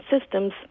systems